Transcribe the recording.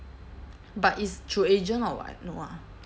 but it's through agent or what no ah